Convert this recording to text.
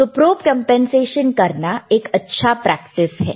तो probe compensation करना एक अच्छी प्रेक्टिस है